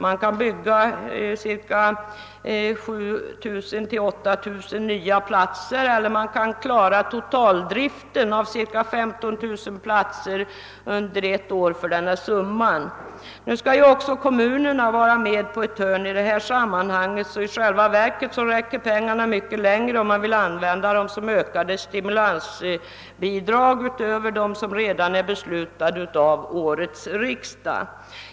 Man kan bygga cirka 7000— 8 000 nya daghemsplatser eller man kan klara totaldriften för cirka 15 000 platser under ett år för denna summa. Nu skall ju också kommunerna vara med på ett hörn när det gäller denna sak, så i själva verket räcker pengarna mycket längre om man vill använda dem som stimulansbidrag utöver de bidrag som redan är beslutade av årets riksdag.